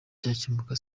cyakemuka